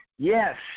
Yes